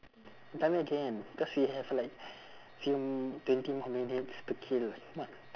tell me again because we have like few twenty more minutes to kill come on